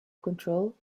control